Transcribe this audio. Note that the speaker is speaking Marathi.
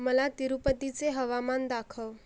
मला तिरुपतीचे हवामान दाखव